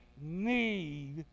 need